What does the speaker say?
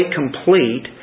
complete